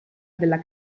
della